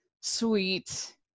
sweet